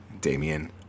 Damian